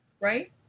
right